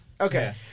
Okay